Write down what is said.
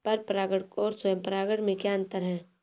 पर परागण और स्वयं परागण में क्या अंतर है?